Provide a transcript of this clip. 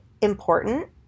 important